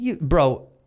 bro